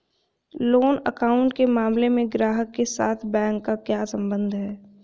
Loan account के मामले में ग्राहक के साथ बैंक का क्या संबंध है?